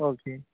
okay